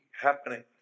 happening